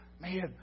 man